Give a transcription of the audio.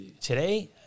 today